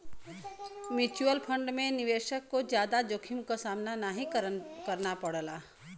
mutual fund में निवेशक को जादा जोखिम क सामना नाहीं करना पड़ला